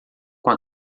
com